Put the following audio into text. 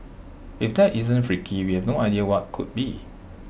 if that isn't freaky we have no idea what could be